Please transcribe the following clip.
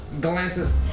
glances